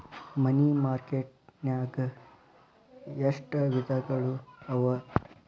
ಮನಿ market ನ್ಯಾಗ್ ಎಷ್ಟವಿಧಗಳು ಅವ?